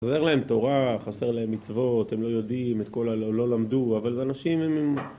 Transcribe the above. חסר להם תורה, חסר להם מצוות, הם לא יודעים את כל ה..., לא למדו, אבל אנשים הם...